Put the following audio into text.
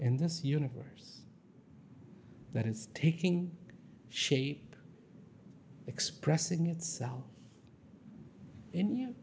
in this universe that is taking shape expressing itself in